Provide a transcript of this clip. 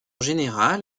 général